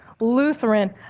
Lutheran